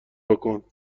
بکن